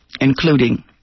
including